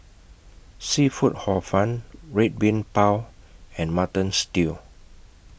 Seafood Hor Fun Red Bean Bao and Mutton Stew